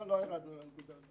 לא, לא ירדנו לנקודה זו.